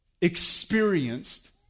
experienced